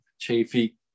Chafee